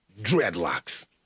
dreadlocks